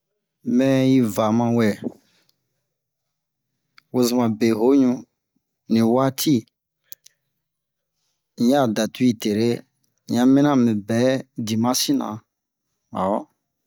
mɛ yi va mawɛ wozoma be hoɲu ni waati yi un ya daa tuwi tere un ya minian a mu bɛ dimasi nan awɔ